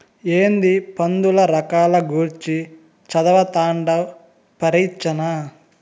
ఏందీ పందుల రకాల గూర్చి చదవతండావ్ పరీచ్చనా